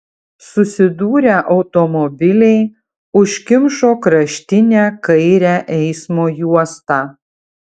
susidūrę automobiliai užkimšo kraštinę kairę eismo juostą